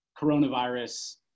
coronavirus